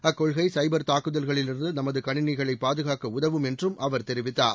அக்கொள்கை cyber தாக்குதல்களிலிருந்து நமது களிணிகளை பாதுகாக்க உதவும் என்றும் அவர் தெரிவித்தார்